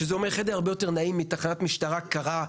שזה אומר חדר שהרבה יותר נעים להיחקר בו מאשר תחנת משטרה קרה.